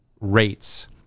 rates